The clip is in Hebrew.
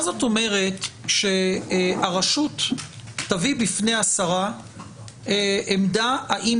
מה זאת אומרת שהרשות תביא בפני השרה עמדה האם